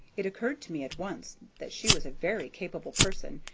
it occurred to me at once that she was a very capable person,